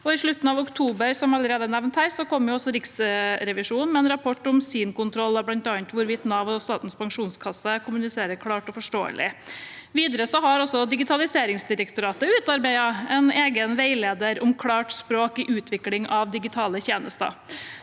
i slutten av oktober kommer, som allerede nevnt, Riksrevisjonen med en rapport om sin kontroll av bl.a. hvorvidt Nav og Statens pensjonskasse kommuniserer klart og forståelig. Videre har Digitaliseringsdirektoratet utarbeidet en egen veileder om klart språk i utvikling av digitale tjenester.